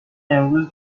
امروز